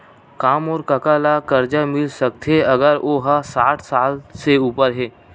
का मोर कका ला कर्जा मिल सकथे अगर ओ हा साठ साल से उपर हे?